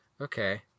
Okay